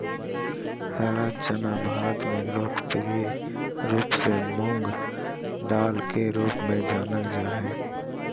हरा चना भारत में लोकप्रिय रूप से मूंगदाल के रूप में जानल जा हइ